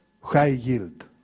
high-yield